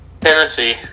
Tennessee